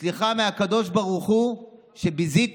סליחה מהקדוש ברוך הוא שביזיתם,